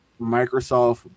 Microsoft